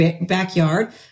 backyard